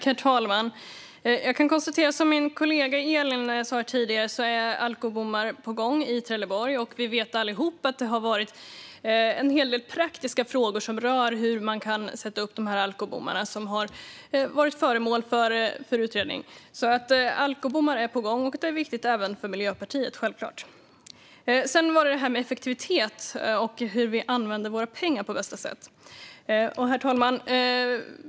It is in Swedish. Herr talman! Som min kollega Elin Gustafsson sa här tidigare är alkobommar på gång i Trelleborg. Vi vet allihop att det har varit en hel del praktiska frågor som rör hur man kan sätta upp dessa alkobommar som har varit föremål för utredning. Alkobommar är alltså på gång, och det är självklart viktigt även för Miljöpartiet. Sedan var det detta med effektivitet och hur vi använder våra pengar på bästa sätt. Herr talman!